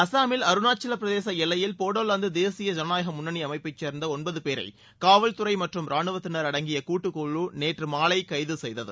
அஸ்ஸாமில் அருணாச்சலப்பிரதேச எல்லையில் போடோவாந்து தேசிய ஜனநாயக முன்னணி அமைப்பைச் சேர்ந்த ஒன்பது பேரை காவல் துறை மற்றும் ரானுவத்தினர் அடங்கிய கூட்டுக்குழு நேற்று மாலை கைது செய்தது